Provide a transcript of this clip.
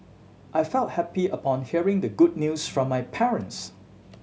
I felt happy upon hearing the good news from my parents